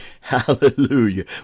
Hallelujah